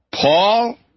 Paul